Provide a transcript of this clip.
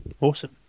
Awesome